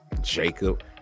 Jacob